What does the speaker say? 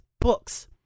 books